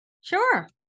Sure